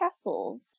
castles